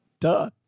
Duh